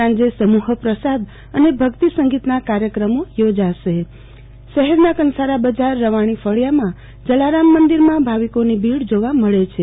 સાંજે સમુહ પ્રસાદ અને ભક્તિ સંગીતના કાર્યક્રમો યોજાશે શહેરના કંસારા બજાર રવાણી ફળિયામાં જલારામ મંદિરમાં ભાવિકોની ભીડ જોવા મળે છે